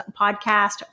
podcast